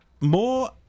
More